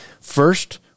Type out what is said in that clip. First